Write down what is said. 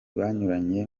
banyuranye